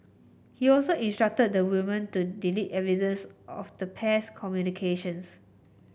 he also instructed the woman to delete evidence of the pair's communication